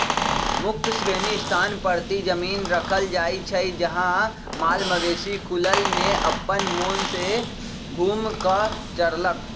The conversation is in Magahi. मुक्त श्रेणी स्थान परती जमिन रखल जाइ छइ जहा माल मवेशि खुलल में अप्पन मोन से घुम कऽ चरलक